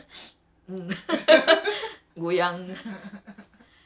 ah kepala angle I macam ugh